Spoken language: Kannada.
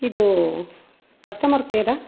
ಇದು ಕಸ್ಟಮರ್ ಕೇರಾ